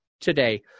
today